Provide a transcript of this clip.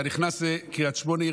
אתה נכנס לקריית שמונה,